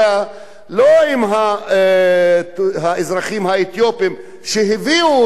לא עם האזרחים האתיופים, שהביאו אותם לכאן